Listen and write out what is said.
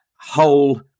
whole